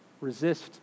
resist